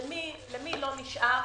ולמי לא נשאר